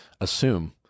assume